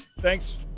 Thanks